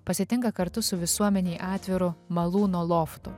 pasitinka kartu su visuomenei atviru malūno loftu